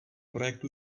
projektu